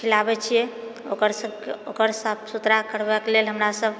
सब खिलाबए छिए ओकरसबके ओकर साफ सुथरा कराबके लेल हमरासब